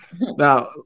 Now